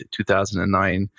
2009